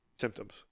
symptoms